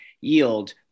yield